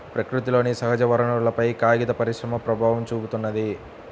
ప్రకృతిలోని సహజవనరులపైన కాగిత పరిశ్రమ ప్రభావం చూపిత్తున్నది